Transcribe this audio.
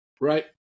Right